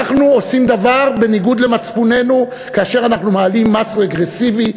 אנחנו עושים דבר בניגוד למצפוננו כאשר אנחנו מעלים מס רגרסיבי,